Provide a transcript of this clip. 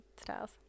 Styles